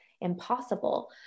impossible